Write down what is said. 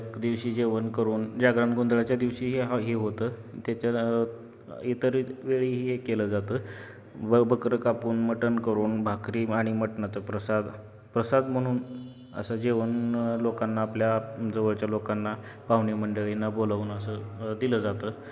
एक दिवशी जेवण करून जागरण गोंधळाच्या दिवशी हे ह हे होतं त्याच्या इतर वेळी हे केलं जातं ब बकरं कापून मटण करून भाकरी आणि मटणाचं प्रसाद प्रसाद म्हणून असं जेवण लोकांना आपल्या जवळच्या लोकांना पाहुणी मंडळींना बोलवून असं दिलं जातं